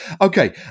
Okay